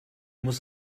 muss